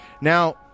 Now